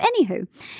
anywho